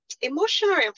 Emotional